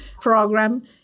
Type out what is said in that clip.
program